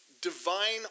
divine